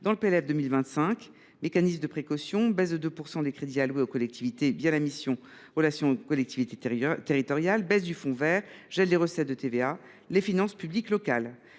dans le PLF 2025 – mécanisme de précaution, baisse de 2 % des crédits alloués aux collectivités la mission « Relations avec les collectivités territoriales », baisse du fonds vert, gel des recettes de TVA –, les finances publiques locales.